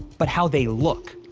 but how they look.